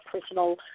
personal